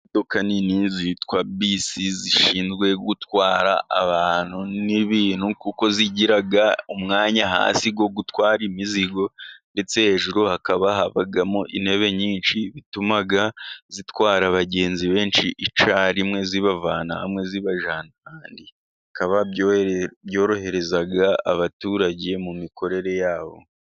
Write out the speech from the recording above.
Imodoka nini zitwa bisi zishinzwe gutwara abantu n'ibintu, kuko zigira umwanya hasi wo gutwara imizigo ndetse hejuru hakaba habamo intebe nyinshi, bituma zitwara abagenzi benshi icyarimwe, zibavana hamwe zibajyana ahandi, bikaba byorohereza abaturage mu mikorere yabo.